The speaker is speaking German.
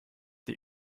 die